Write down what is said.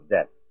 Death